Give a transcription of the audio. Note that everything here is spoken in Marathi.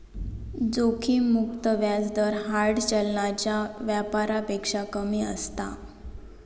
जोखिम मुक्त व्याज दर हार्ड चलनाच्या व्यापारापेक्षा कमी असता